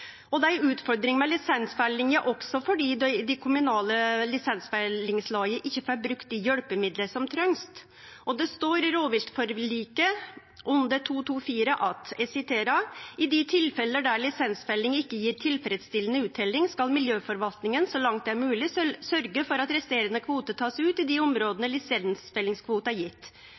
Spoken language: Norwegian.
også fordi dei kommunale lisensfellingslaga ikkje får brukt dei hjelpemidla som trengst. Det står i rovviltforliket under 2.2.4: «I de tilfeller der lisensfelling ikke gir tilfredsstillende uttelling, skal miljøforvaltningen så langt det er mulig sørge for at resterende kvote tas ut i de områdene lisensfellingskvote er gitt.